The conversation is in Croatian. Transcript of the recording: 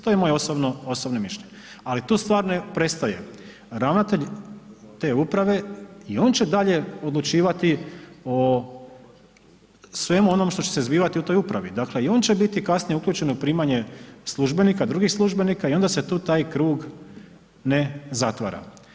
To je moje osobno mišljenje ali tu stvar ne prestaje, ravnatelj te uprave, i on će dalje odlučivati o svemu ono što će se zbivati u toj upravi, dakle i on će biti kasnije uključen u primanje službenika, drugih službenika i onda se tu taj krug ne zatvara.